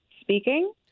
Speaking